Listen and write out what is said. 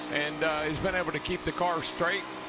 and has been able to keep the car straight.